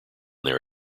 their